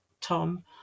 Tom